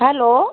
hello